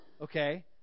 okay